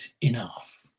enough